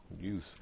use